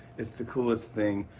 it's the coolest thing